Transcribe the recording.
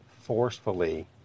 forcefully